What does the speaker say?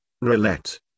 Roulette